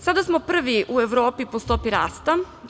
Sada smo prvi u Evropi po stopi rasta.